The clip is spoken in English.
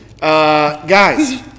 guys